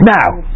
Now